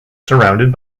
surrounded